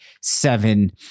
seven